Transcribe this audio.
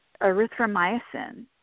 erythromycin